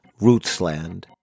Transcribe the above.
Rootsland